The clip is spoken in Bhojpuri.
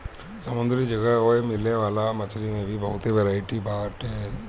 समुंदरी जगह ओए मिले वाला मछरी में भी बहुते बरायटी बाटे